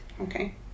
Okay